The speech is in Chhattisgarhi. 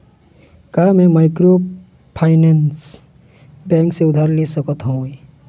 का मैं माइक्रोफाइनेंस बैंक से उधार ले सकत हावे?